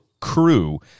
crew